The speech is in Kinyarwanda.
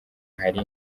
ntari